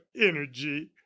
energy